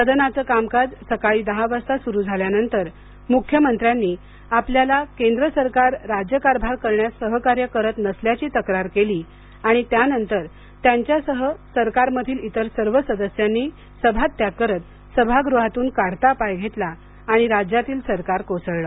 सदनाचं कामकाज सकाळी दहा वाजता सुरु झाल्यानंतर मुख्यमंत्र्यांनी आपल्याला केंद्र सरकार राज्यकारभार करण्यास सहकार्य करीत नसल्याची तक्रार केली आणि त्यानंतर त्यांच्यासह सरकारमधील इतर सर्व सदस्यांनी सभात्याग करीत सभागृहातून काढता पाय घेतला आणि राज्यातील सरकार कोसळलं